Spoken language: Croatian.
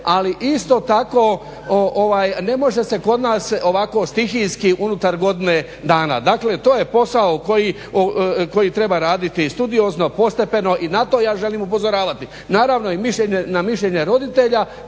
Ali isto tako ne može se kod nas ovako stihijski unutar godine dana, dakle to je posao koji treba raditi studiozno, postepeno i na to ja želim upozoravati. Naravno i na mišljenje roditelja